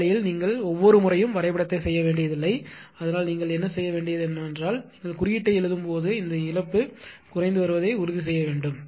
இந்த வழியில் நீங்கள் ஒவ்வொரு முறையும் வரைபடத்தை செய்ய வேண்டியதில்லை அதனால் நீங்கள் என்ன செய்ய வேண்டியது என்னவென்றால் நீங்கள் குறியீட்டை எழுதும்போது இந்த இழப்பு குறைந்து வருவதைப் உறுதி செய்ய வேண்டும்